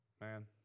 Man